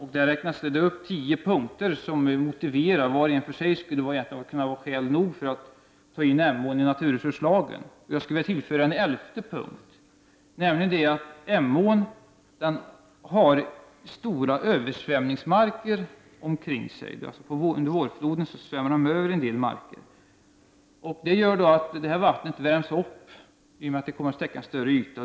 I den räknas upp tio punkter som var och en själv kunde vara skäl nog för att föra in Emån i naturresurslagen. Jag skulle vilja tillföra en elfte punkt. Kring Emån finns stora översvämningsmarker, och under vårfloden svämmar en del av dessa över. Detta vatten värms då upp genom att det täcker en större yta.